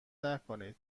نکنید